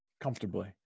comfortably